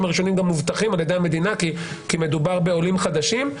הראשונים גם מובטחים על ידי המדינה כי מדובר בעולים חדשים.